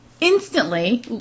Instantly